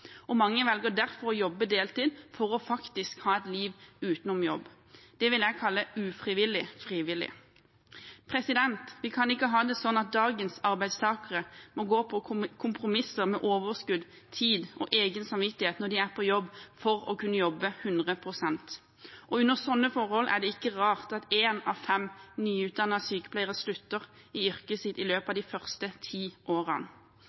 Mange velger derfor å jobbe deltid for faktisk å ha et liv utenom jobb. Det vil jeg kalle ufrivillig frivillig. Vi kan ikke ha det sånn at dagens arbeidstakere må gå på kompromiss med overskudd, tid og egen samvittighet når de er på jobb, for å kunne jobbe 100 pst. Under sånne forhold er det ikke rart at én av fem nyutdannede sykepleiere slutter i yrket i løpet av de første ti årene.